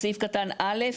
בסעיף קטן (א),